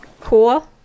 cool